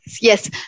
yes